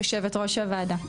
יושבת ראש הוועדה,